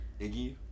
Iggy